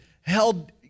held